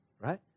right